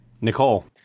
Nicole